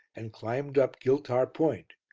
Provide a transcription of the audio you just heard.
and climbed up giltar point,